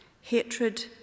hatred